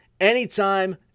anytime